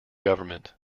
government